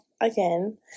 again